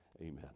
amen